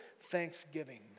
thanksgiving